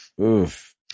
Oof